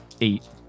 Eight